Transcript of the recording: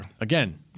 again